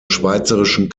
schweizerischen